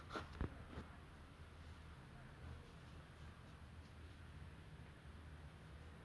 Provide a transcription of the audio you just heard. then it like it makes no difference you know then you can see other people they like need to jump very high need to aim and need to smash it down and all that